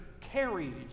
carries